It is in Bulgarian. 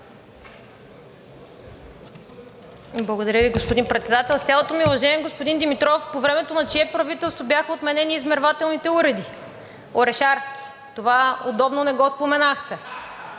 Благодаря Ви, господин Председател. С цялото ми уважение, господин Димитров, по времето на чие правителство бяха отменени измервателните уреди? Орешарски! Това удобно не го споменахте.